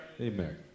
Amen